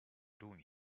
doing